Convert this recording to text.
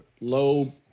low